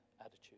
attitude